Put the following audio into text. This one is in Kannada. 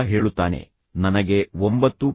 ಮಗ ಹೇಳುತ್ತಾನೆ ನನಗೆ 9